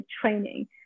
training